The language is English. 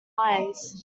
lines